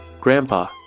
Grandpa